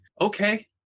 okay